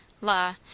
La